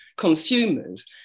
consumers